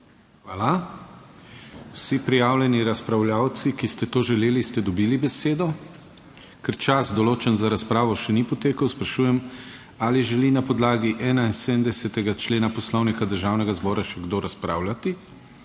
Hvala. Vsi prijavljeni razpravljavci, ki ste to želeli, ste dobili besedo. Ker čas določen za razpravo še ni potekel, sprašujem, ali želi na podlagi 71. člena Poslovnika Državnega zbora še kdo razpravljati?